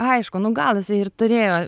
aišku nu gal jisai ir turėjo